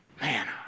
man